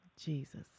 Jesus